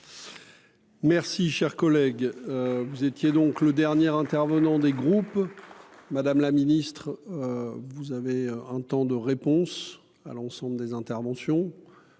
Merci, cher collègue, vous étiez donc le dernier intervenant des groupes. Madame la ministre, vous avez un temps de réponse à l'ensemble des interventions